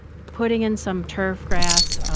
putting in some turfgrass,